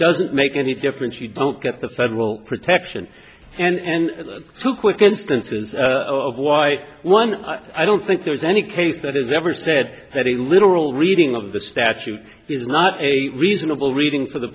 doesn't make any difference you don't get the federal protection and two quick instances of why one i don't think there's any case that has ever said very literal reading of the statute is not a reasonable reading for the